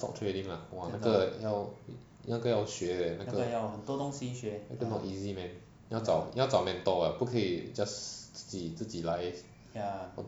stock trading lah !wah! 那个那个要那个要学 leh 那个 not easy man 要找要找 mentor 的不可以 just 自己自己来